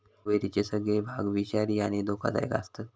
कण्हेरीचे सगळे भाग विषारी आणि धोकादायक आसतत